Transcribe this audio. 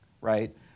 right